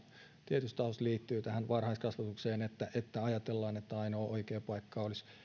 tietyissä tahoissa liittyy tähän varhaiskasvatukseen niin että ajatellaan että ainoa oikea paikka olisi